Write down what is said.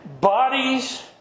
bodies